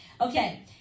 Okay